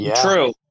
True